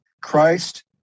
Christ